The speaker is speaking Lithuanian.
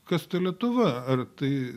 kas ta lietuva ar tai